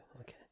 Okay